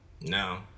No